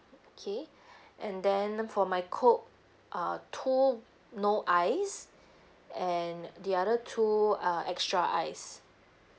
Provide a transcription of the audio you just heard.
okay and then for my coke err two no ice and the other two uh extra ice